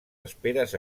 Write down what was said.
esperes